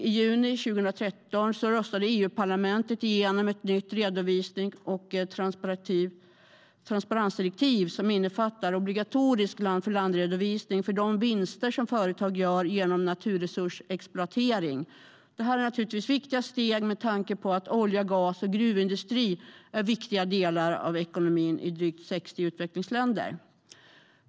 I juni 2013 röstade EU-parlamentet igenom ett nytt redovisnings och transparensdirektiv som innefattar obligatorisk land-för-land-redovisning för de vinster som företag gör genom naturresursexploatering. Det här är naturligtvis viktiga steg med tanke på att olje, gas och gruvindustrin är viktiga delar av ekonomin i drygt 60 utvecklingsländer.